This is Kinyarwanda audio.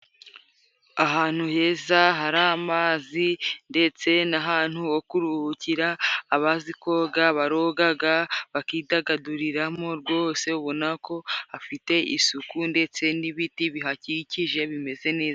Ahantu heza hari amazi ndetse n'ahantu ho kuruhukira, abazi koga barogaga bakidagaduriramo rwose ubona ko hafite isuku, ndetse n'ibiti bihakikije bimeze neza.